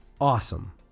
awesome